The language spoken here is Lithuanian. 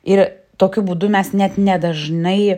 ir tokiu būdu mes net nedažnai